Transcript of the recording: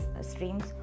streams